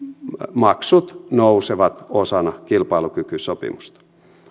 maksut nousevat osana kilpailukykysopimusta